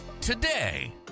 today